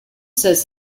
says